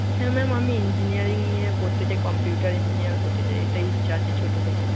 হ্যাঁ ম্যাম আমি ইঞ্জিনিয়ারিং নিয়ে পড়তে চাই কম্পিউটার ইঞ্জিনিয়ার হতে চাই এটাই ইচ্ছা আছে ছোট থেকে